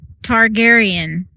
Targaryen